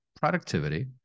productivity